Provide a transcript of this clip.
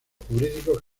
jurídicos